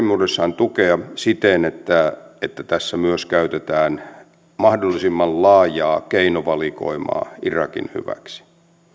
muodoissaan tukea siten että että tässä myös käytetään mahdollisimman laajaa keinovalikoimaa irakin hyväksi